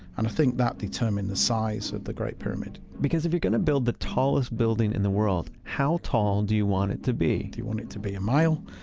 and i think that determined the size of the great pyramid because if you're going to build the tallest building in the world, how tall do you want it to be? do you want it to be a mile?